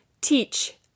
teach